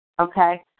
Okay